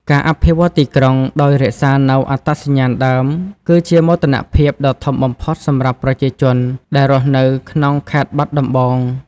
ការអភិវឌ្ឍទីក្រុងដោយរក្សានូវអត្តសញ្ញាណដើម គឺជាមោទនភាពដ៏ធំបំផុតសម្រាប់ប្រជាជនដែលរស់នៅក្នុងខេត្តបាត់ដំបង។